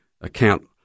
account